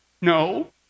No